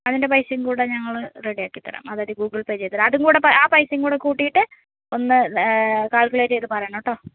അതിൻ്റെ പൈസയും കൂടെ ഞങ്ങൾ റെഡി ആക്കി തരാം അല്ലെങ്കിൽ ഗൂഗിൾ പേ ചെയ്ത് തരാം അതും കൂടെ ആ പൈസയും കൂടി കൂട്ടിയിട്ട് ഒന്ന് കാൽക്കുലേറ്റ് ചെയ്തിട്ട് പറയണം കേട്ടോ